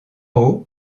haut